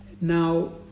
Now